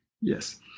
yes